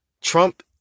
Trump